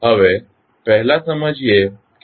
હવે પહેલા સમજીએ કે માસ શું છે